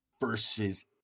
versus